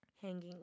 hanging